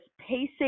pacing